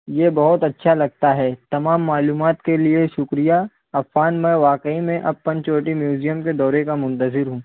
یہ بہت اچھا لگتا ہے تمام معلومات کے لیے شکریہ عفان میں واقعی میں اب پنچوٹی میوزیم کے دورے کا منتظر ہوں